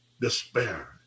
despair